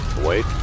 Wait